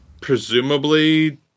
presumably